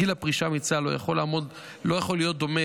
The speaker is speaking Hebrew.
גיל הפרישה מצה"ל לא יכול להיות דומה